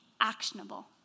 actionable